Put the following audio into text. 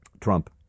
Trump